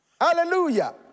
Hallelujah